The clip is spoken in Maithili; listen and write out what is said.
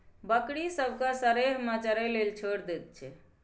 बकरी सब केँ सरेह मे चरय लेल छोड़ि दैत छै